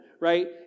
right